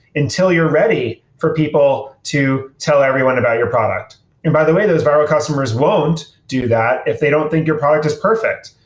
until you're ready for people to tell everyone about your product by the way, those viral customers won't do that if they don't think your product is perfect,